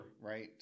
Right